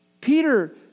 Peter